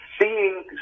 Seeing